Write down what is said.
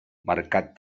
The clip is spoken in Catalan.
marcat